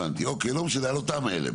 הבנתי, לא משנה, על אותן האלה.